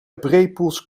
brepoels